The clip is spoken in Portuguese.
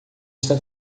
está